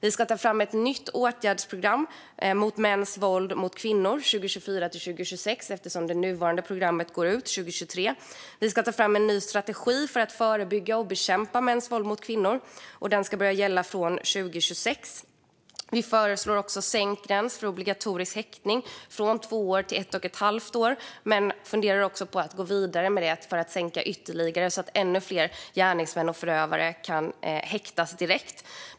Vi ska ta fram ett nytt åtgärdsprogram när det gäller mäns våld mot kvinnor för 2024-2026, eftersom det nuvarande programmet går ut 2023. Vi ska ta fram en ny strategi för att förebygga och bekämpa mäns våld mot kvinnor. Den ska börja gälla från 2026. Vi föreslår också sänkt gräns för obligatorisk häktning, från två år till ett och ett halvt år. Men vi funderar på att gå vidare med det för att sänka ytterligare, så att ännu fler gärningsmän och förövare kan häktas direkt.